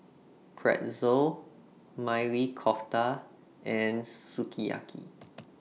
Pretzel Maili Kofta and Sukiyaki